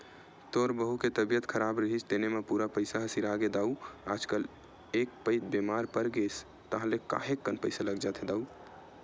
तोर बहू के तबीयत खराब रिहिस तेने म पूरा पइसा ह सिरागे दाऊ आजकल एक पइत बेमार परगेस ताहले काहेक कन पइसा ह लग ही जाथे दाऊ